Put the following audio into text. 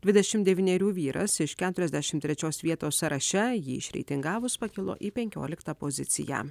dvidešim devynerių vyras iš keturiasdešim trečios vietos sąraše jį išreitingavus pakilo į penkioliktą poziciją